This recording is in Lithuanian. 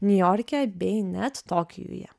niujorke bei net tokijuje